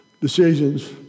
decisions